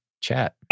chat